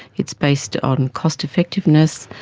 it's based on cost effectiveness.